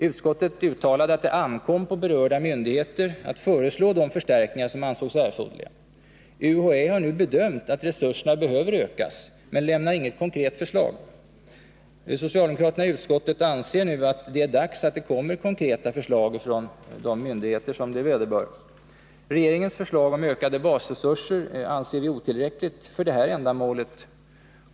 Utskottet uttalade att det ankom på berörda myndigheter att föreslå de förstärkningar som ansågs erforderliga. UHÄ har nu bedömt att resurserna behöver ökas men lämnar inget konkret förslag. Socialdemokraterna i utskottet anser nu att det är dags att det kommer konkreta förslag från vederbörande myndigheter. Regeringens förslag om ökade basresurser anser vi otillräckligt för det här ändamålet.